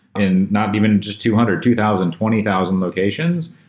and not even just two hundred, two thousand, twenty thousand locations,